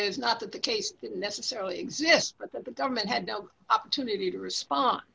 is not that the case didn't necessarily exist but that the government had no opportunity to respond